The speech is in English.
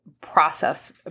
process